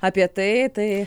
apie tai tai